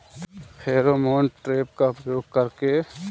Pheromone trap का उपयोग कर के?